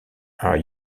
are